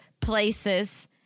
places